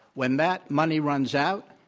when that money runs out,